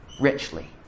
richly